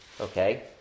Okay